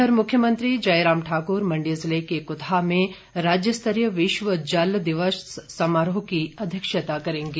इधर मुख्यमंत्री जयराम ठाकुर मंडी जिले के कुशाह में राज्य स्तरीय विश्व जल दिवस समारोह की अध्यक्षता करेंगे